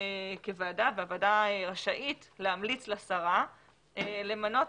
הוועדה רשאית להמליץ לשרה למנות,